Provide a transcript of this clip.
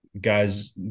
Guys